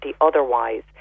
otherwise